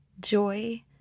joy